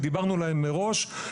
שדיברנו עליהם מראש,